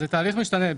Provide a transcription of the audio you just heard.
זה תהליך משתנה.